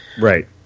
right